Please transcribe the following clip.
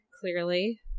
Clearly